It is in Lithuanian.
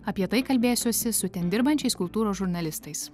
apie tai kalbėsiuosi su ten dirbančiais kultūros žurnalistais